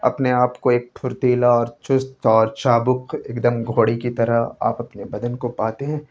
اپنے آپ کو ایک پھرتیلا اور چست اور چابک ایک دم گھوڑے کی طرح آپ اپنے بدن کو پاتے ہیں